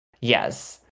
Yes